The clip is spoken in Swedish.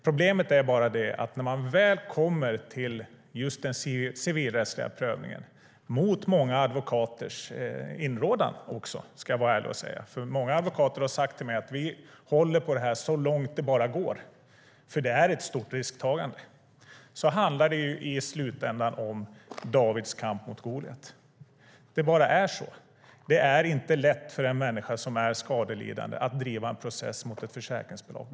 Problemet är bara det att när man väl kommer till just den civilrättsliga prövningen, mot många advokaters inrådan, ska jag vara ärlig och säga, för många advokater har sagt till mig att vi håller på det här så långt det bara går eftersom det är ett stort risktagande, så handlar det i slutändan om Davids kamp mot Goliat. Det bara är så. Det är inte lätt för en människa som är skadelidande att driva en process mot ett försäkringsbolag.